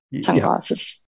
sunglasses